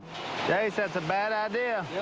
jase, that's a bad idea. yep.